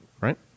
right